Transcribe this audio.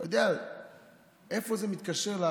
איפה זה מתקשר?